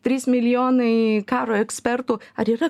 trys milijonai karo ekspertų ar yra